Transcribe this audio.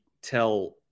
tell